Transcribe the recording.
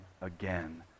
again